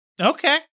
Okay